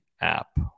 app